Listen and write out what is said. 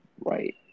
Right